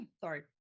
Sorry